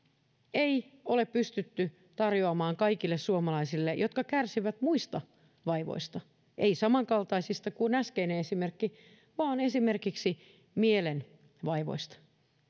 ei ole pystytty tarjoamaan kaikille suomalaisille jotka kärsivät muista vaivoista ei samankaltaisista kuin äskeinen esimerkki vaan esimerkiksi mielen vaivoista